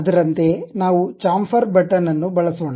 ಅದರಂತೆಯೇ ನಾವು chamfer button ಅನ್ನು ಬಳಸೋಣ